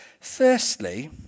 Firstly